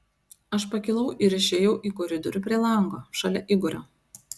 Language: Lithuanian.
aš pakilau ir išėjau į koridorių prie lango šalia igorio